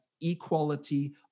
equality